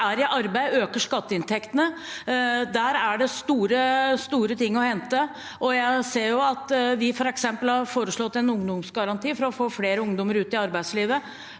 er i arbeid, øker skatteinntektene. Der er det store ting å hente. Vi har f.eks. foreslått en ungdomsgaranti for å få flere ungdommer ut i arbeidslivet.